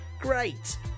Great